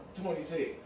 26